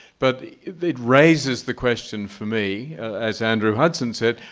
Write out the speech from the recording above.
but it raises the question for me, as andrew hudson said,